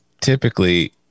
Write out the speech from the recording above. typically